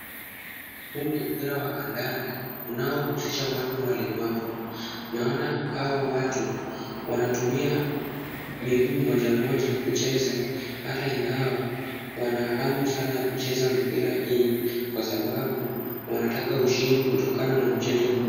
Huu ni mpira wa kandanda unaohusisha watu walemavu. Naona hawa watu wanatumia miguu moja moja kucheza ata ingawa wana hamu sana ya kucheza mpira hii kwa sababu wanataka ushindi kutokana na mchezo huu.